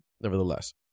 nevertheless